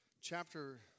chapter